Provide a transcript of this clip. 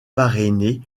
parrainé